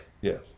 Yes